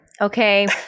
okay